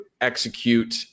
execute